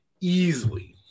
Easily